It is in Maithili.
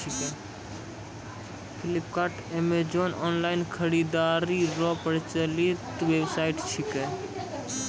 फ्लिपकार्ट अमेजॉन ऑनलाइन खरीदारी रो प्रचलित वेबसाइट छिकै